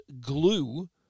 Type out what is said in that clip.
glue